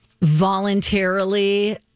voluntarily